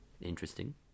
Interesting